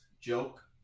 joke